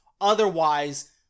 otherwise